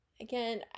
Again